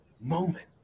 moment